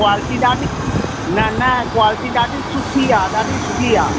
quality ॾाढी न न क्वालिटी ॾाढी सुठी आहे ॾाढी सुठी आहे